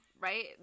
Right